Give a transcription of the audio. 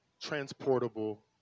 transportable